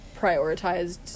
prioritized